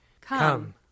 Come